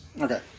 Okay